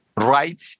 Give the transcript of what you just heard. right